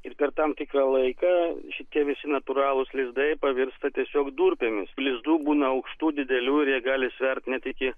ir per tam tikrą laiką šitie visi natūralūs lizdai pavirsta tiesiog durpėmis lizdų būna aukštų didelių ir jie gali svert net iki